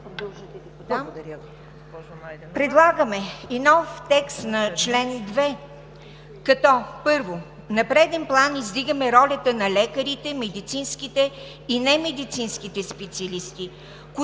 Предлагаме и нов текст на чл. 2, като: Първо, на преден план издигаме ролята на лекарите, медицинските и немедицинските специалисти, които